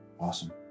Awesome